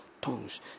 tongues